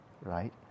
right